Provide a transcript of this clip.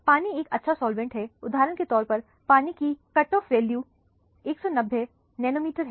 पानी एक अच्छा सॉल्वेंट है उदाहरण के तौर पर पानी की कट ऑफ वैल्यू 190 नैनोमीटर है